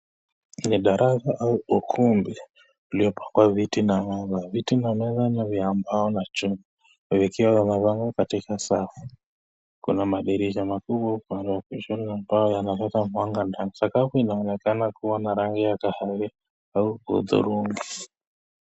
Hii ni darasa au ukumbi uliopakwa viti na meza. Viti na meza nivya mbao na chuma vikiwa vimepangwa katika sawa. Kuna madirisha makubwa kwa ofisi na mbao yavuta mwanga ndani. Sakafu inaonekana kua na rangi ya kahawia au hudhurungi.